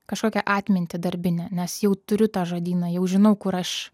kažkokią atmintį darbinę nes jau turiu tą žodyną jau žinau kur aš